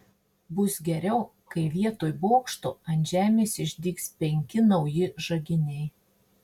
bus geriau kai vietoj bokšto ant žemės išdygs penki nauji žaginiai